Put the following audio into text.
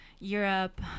Europe